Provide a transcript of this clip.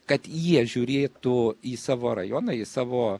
kad jie žiūrėtų į savo rajoną į savo